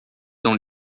dans